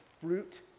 fruit